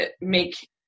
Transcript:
make